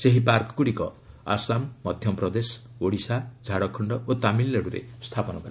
ଏହି ପାର୍କଗୁଡ଼ିକ ଆସାମ ମଧ୍ୟପ୍ରଦେଶ ଓଡ଼ିଶା ଝାଡ଼ଖଣ୍ଡ ଓ ତାମିଲନାଡ଼ୁରେ ସ୍ଥାପନ କରାଯିବ